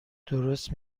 درست